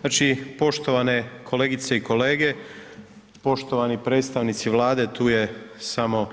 Znači, poštovane kolegice i kolege, poštovani predstavnici Vlade, tu je samo